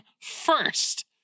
first